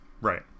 Right